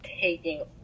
taking